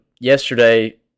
yesterday